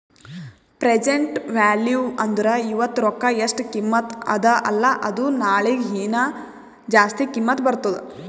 present value ಅಂದುರ್ ಇವತ್ತ ರೊಕ್ಕಾ ಎಸ್ಟ್ ಕಿಮತ್ತ ಅದ ಅಲ್ಲಾ ಅದು ನಾಳಿಗ ಹೀನಾ ಜಾಸ್ತಿ ಕಿಮ್ಮತ್ ಬರ್ತುದ್